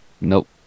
Nope